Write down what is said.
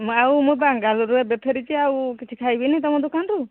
ମୁଁ ଆଉ ମୋ ବାଙ୍ଗାଲୋରରୁ ଏବେ ଫେରିଛି ଆଉ କିଛି ଖାଇବନି ତୁମ ଦୋକାନରୁ